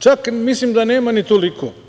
Čak mislim da nema ni toliko.